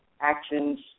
actions